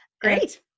Great